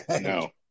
No